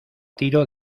tiro